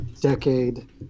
decade